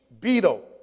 beetle